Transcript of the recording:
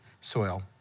soil